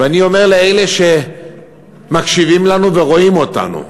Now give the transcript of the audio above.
ואני אומר לאלה שמקשיבים לנו ורואים אותנו,